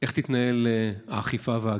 איך תתנהל האכיפה וההגירה.